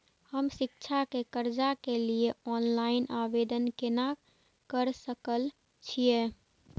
हम शिक्षा के कर्जा के लिय ऑनलाइन आवेदन केना कर सकल छियै?